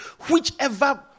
whichever